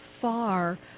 far